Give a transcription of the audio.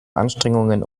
anstrengungen